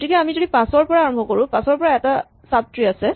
গতিকে আমি যদি ৫ ৰ পৰা আৰম্ভ কৰো ৫ ৰ এটা চাব ট্ৰী আছে